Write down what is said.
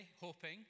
hoping